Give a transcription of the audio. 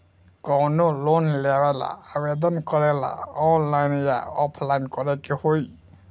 कवनो लोन लेवेंला आवेदन करेला आनलाइन या ऑफलाइन करे के होई?